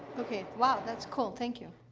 okay. wow, that's cool. thank you.